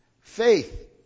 faith